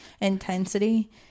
intensity